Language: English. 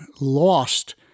lost